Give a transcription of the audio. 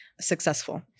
successful